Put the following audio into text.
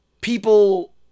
people